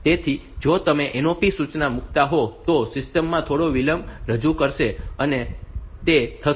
તેથી જો તમે NOP સૂચના મૂકો તો તે સિસ્ટમ માં થોડો વિલંબ રજૂ કરશે અને તે થશે